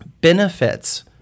benefits